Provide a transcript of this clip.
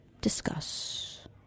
Discuss